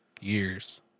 Years